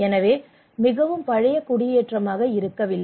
எனவே இது மிகவும் பழைய குடியேற்றமாக இருக்கவில்லை